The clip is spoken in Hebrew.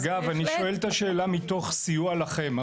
אגב, אני שואל את השאלה מתוך סיוע לכם.